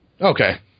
Okay